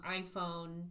iPhone